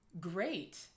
great